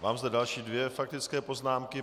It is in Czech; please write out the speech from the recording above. Mám zde další dvě faktické poznámky.